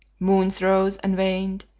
moons rose and waned,